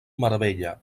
meravella